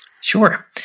Sure